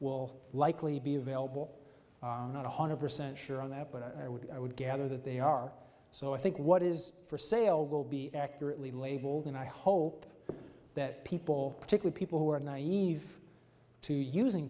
will likely be available not one hundred percent sure on that but i would i would gather that they are so i think what is for sale will be accurately labeled and i hope that people particularly people who are naive to using